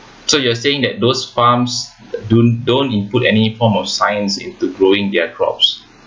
so you are saying that those farms don't don't input any form of science into growing their crops